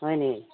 ꯍꯣꯏꯅꯦ